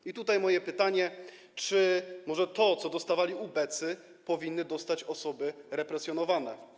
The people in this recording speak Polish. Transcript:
I tutaj mam pytanie: Czy może to, co dostawali ubecy, powinny dostać osoby represjonowane?